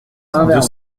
deux